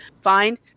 fine